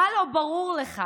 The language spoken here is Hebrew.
מה לא ברור לך